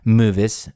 movies